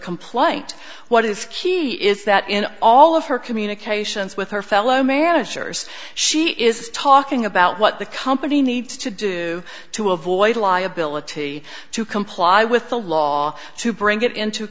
complaint what is key is that in all of her communications with her fellow managers she is talking about what the company needs to do to avoid liability to comply with the law to bring it into